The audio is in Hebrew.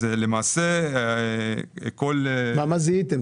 מה זיהיתם?